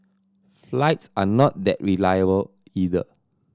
flights are not that reliable either